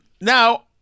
Now